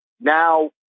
now